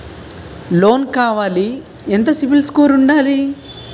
Loan కావాలి ఎంత CIBIL score ఉండాలి?